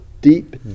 deep